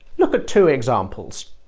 look at two examples